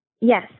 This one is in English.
Yes